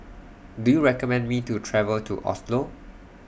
Do YOU recommend Me to travel to Oslo